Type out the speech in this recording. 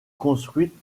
construite